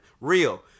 real